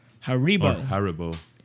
Haribo